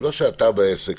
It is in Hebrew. לא שאתה בעסק,